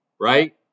right